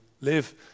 live